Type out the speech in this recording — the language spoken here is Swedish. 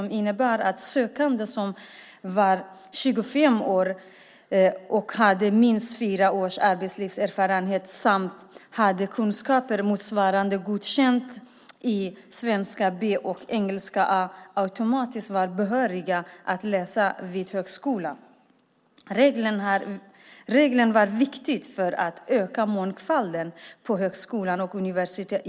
Den innebar att sökande som var 25 år och hade minst fyra års arbetslivserfarenhet samt kunskaper motsvarande godkänt betyg i svenska B och engelska A automatiskt var behöriga att läsa vid högskolan. Regeln var viktig för att öka mångfalden på högskolor och universitet.